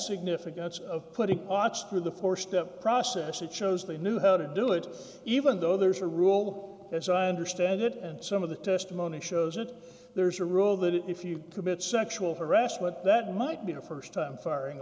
significance of putting arch through the four step process that shows they knew how to do it even though there's a rule as i understand it and some of the testimony shows that there's a rule that if you commit sexual harassment that might be the st time firing